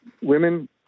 women